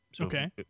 Okay